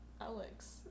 Alex